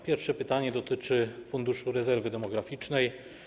Pierwsze pytanie dotyczy Funduszu Rezerwy Demograficznej.